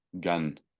gun